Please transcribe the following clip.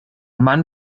mann